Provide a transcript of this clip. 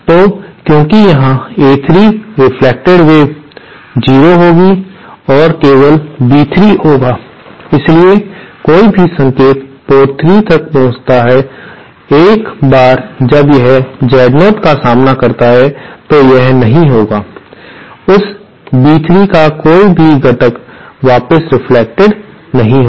तो क्योंकि यहाँ A3 रेफ्लेक्टेड वेव 0 होगी और केवल B3 होगा इसलिए कोई भी संकेत पोर्ट 3 तक पहुँचता है एक बार जब यह Z0 का सामना करता है तो यह नहीं होगा उस B3 का कोई भी घटक वापस रेफ्लेक्टेड नहीं होगा